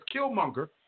Killmonger